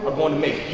one